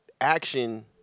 action